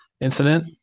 incident